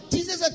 Jesus